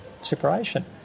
separation